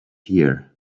here